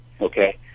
okay